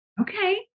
Okay